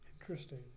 Interesting